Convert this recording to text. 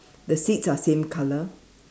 the seats are same color